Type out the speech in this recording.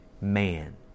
man